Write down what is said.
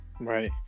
Right